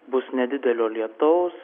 bus nedidelio lietaus